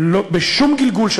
בשום גלגול של